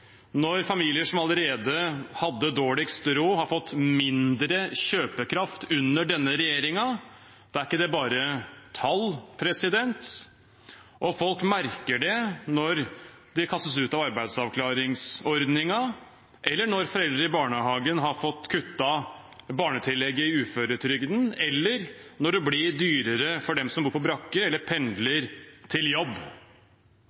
når familier som allerede hadde dårligst råd, har fått mindre kjøpekraft under denne regjeringen. Da er det ikke bare tall. Folk merker det når de kastes ut av arbeidsavklaringsordningen, eller når foreldre i barnehagen har fått kuttet barnetillegget i uføretrygden, eller når det blir dyrere for dem som bor på brakke eller